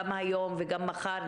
גם היום וגם מחר,